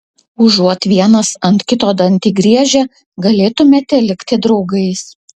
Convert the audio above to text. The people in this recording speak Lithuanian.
užuot vienas ant kito dantį griežę galėtumėme likti draugais